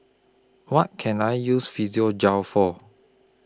What Can I use Physiogel For